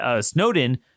snowden